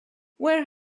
where